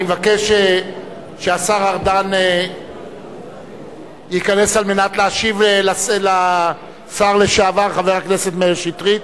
אני מבקש שהשר ארדן ייכנס כדי להשיב לשר לשעבר חבר הכנסת מאיר שטרית.